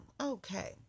okay